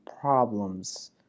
problems